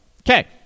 okay